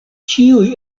ĉiuj